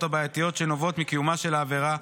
הבעייתיות שנובעות מקיומה של העבירה,